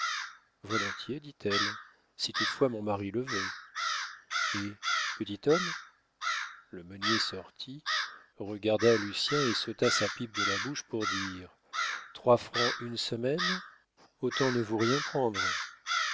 volontiers dit-elle si toutefois mon mari le veut hé petit homme le meunier sortit regarda lucien et s'ôta sa pipe de la bouche pour dire trois francs une semaine autant ne vous rien prendre